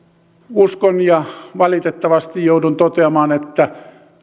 uskon ja valitettavasti joudun toteamaan että